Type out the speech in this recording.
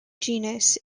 genus